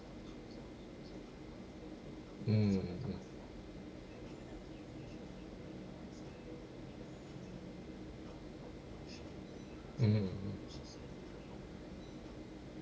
mm mmhmm